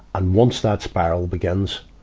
and once that spiral begins,